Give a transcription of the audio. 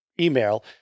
email—